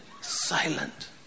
silent